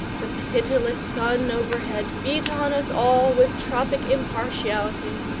the pitiless sun overhead beat on us all with tropic impartiality,